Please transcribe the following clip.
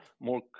more